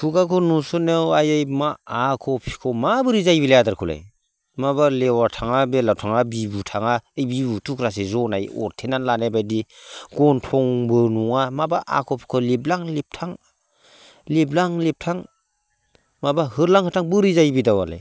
खुगाखौ नुसननायाव आयै मा आख' फिख' माबोरै जायोबिलाइ आदारखौलाय माबा लेवार थाङा बेलाव थाङा बिबु थाङा बिबु थुख्रासे जनाय अरथेनानै लानायबायदि गन्थंबो नङा माबा आख' फाख' लिबलां लिबथां लिबलां लिबथां माबा होरलां होरथां बोरै जायो बे दाउआलाय